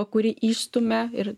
kuri įstumia ir